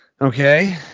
Okay